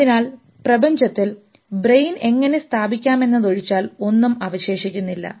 അതിനാൽ പ്രപഞ്ചത്തിൽ ബ്രെയിൻ എങ്ങനെ സ്ഥാപിക്കാമെന്നതൊഴിച്ചാൽ ഒന്നും അവശേഷിക്കുന്നില്ല